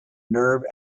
nerve